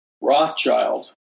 Rothschild